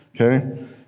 Okay